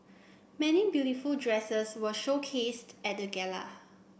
many beautiful dresses were showcased at the gala